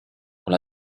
con